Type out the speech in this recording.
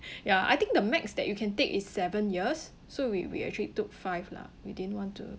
ya I think the max that you can take is seven years so we we actually took five lah we didn't want to